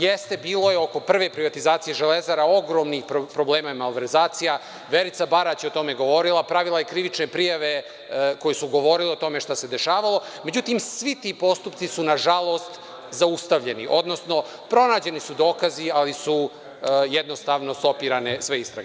Jeste, bilo je oko prve privatizacije „Železare“ ogromnih problema i malverzacija, Verica Barać je o tome govorila, pravila je krivične prijave koje su govorile o tome šta se dešavalo, međutim, svi ti postupci su nažalost zaustavljeni, odnosno pronađeni su dokazi ali su jednostavno stopirane sve istrage.